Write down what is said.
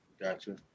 Gotcha